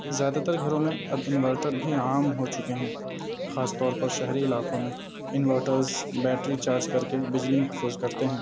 زیادہ تر گھروں میں اب انورٹر بھی عام ہو چکے ہیں خاص طور پر شہری علاقوں میں انورٹرز بیٹری چارج کر کے بجلی محفوظ کرتے ہیں